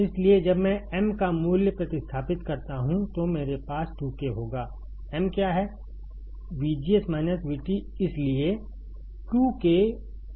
इसलिए जब मैं m का मूल्य प्रतिस्थापित करता हूं तो मेरे पास 2K होगा m क्या है